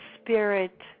spirit